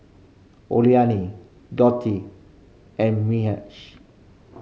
Oralia Dotty and Mitch